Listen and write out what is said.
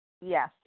yes